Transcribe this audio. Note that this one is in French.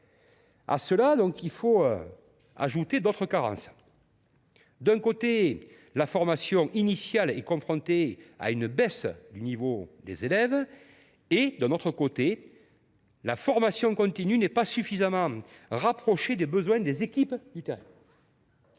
moyens s’ajoutent d’autres carences. D’un côté, la formation initiale est confrontée à une baisse du niveau des élèves. De l’autre, la formation continue n’est pas suffisamment rapprochée des besoins des équipes de terrain.